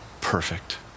perfect